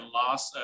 loss